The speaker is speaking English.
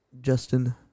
Justin